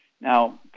Now